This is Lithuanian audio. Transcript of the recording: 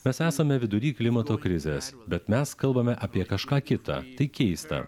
mes esame vidury klimato krizės bet mes kalbame apie kažką kita tai keista